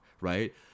right